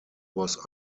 was